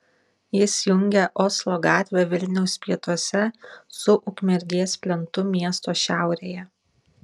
jis jungia oslo gatvę vilniaus pietuose su ukmergės plentu miesto šiaurėje